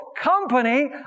company